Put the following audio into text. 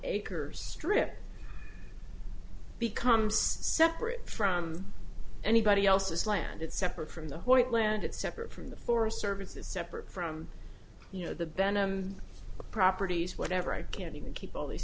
acres trip becomes separate from anybody else's land it's separate from the white land it's separate from the forest service is separate from you know the bend and the properties whatever i can't even keep all these